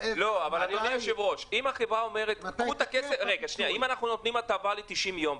אם אנחנו נותנים הטבה ל-90 יום,